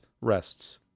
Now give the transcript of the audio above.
rests